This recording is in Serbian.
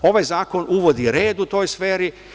Ovaj zakon uvodi red u toj sferi.